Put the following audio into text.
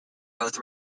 both